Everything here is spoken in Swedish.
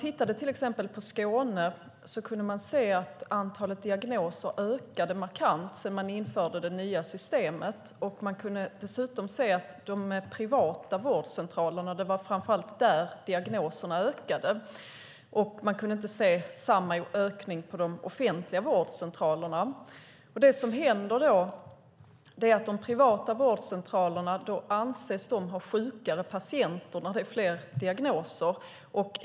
I Skåne kunde man se att antalet diagnoser ökade markant sedan man införde det nya systemet, och man kunde dessutom se att det framför allt var på de privata vårdcentralerna som diagnoserna ökade. Man kunde inte se samma ökning på de offentliga vårdcentralerna. Det som händer är att de privata vårdcentralerna anses ha sjukare patienter när man ställer fler diagnoser.